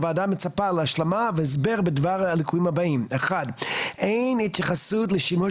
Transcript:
הועדה מצפה להשלמה והסבר בדבר הליקויים הבאים: 1.אין התייחסות לשימוש